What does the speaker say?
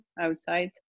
outside